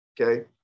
okay